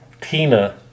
Tina